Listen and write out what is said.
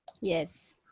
Yes